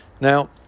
Now